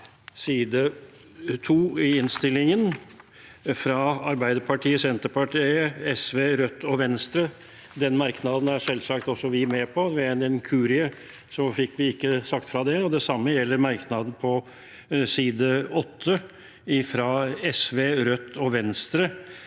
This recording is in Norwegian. side 2 i innstillingen, fra Arbeiderpartiet, Senterpartiet, SV, Rødt og Venstre. Den merknaden er selvsagt også vi med på, og ved en inkurie fikk vi ikke sagt fra om det. Det samme gjelder merknaden på side 8, fra SV, Rødt og Venstre,